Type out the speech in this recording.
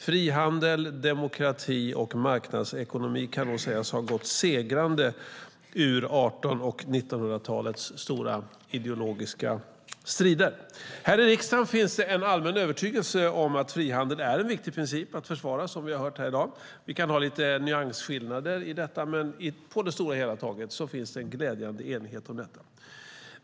Frihandel, demokrati och marknadsekonomi kan sägas ha gått segrande ur 1800 och 1900-talets stora ideologiska strider. Här i riksdagen finns en allmän övertygelse om att frihandel är en viktig princip att försvara, som vi har hört i dag. Det kan finnas lite nyansskillnader, men på det stora hela finns en glädjande enighet om detta.